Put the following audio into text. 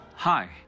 Hi